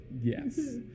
yes